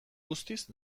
guztiz